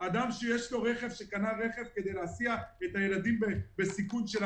אדם שקנה רכב כדי להסיע ילדים שלנו בסיכון,